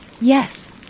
Yes